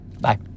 Bye